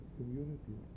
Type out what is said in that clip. community